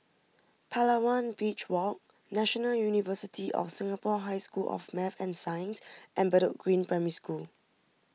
Palawan Beach Walk National University of Singapore High School of Math and Science and Bedok Green Primary School